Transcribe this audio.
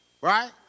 Right